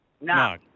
No